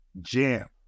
Jam